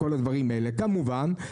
כמובן,